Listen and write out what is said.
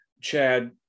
Chad